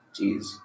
Jeez